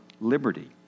liberty